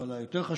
אבל יותר חשוב,